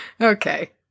Okay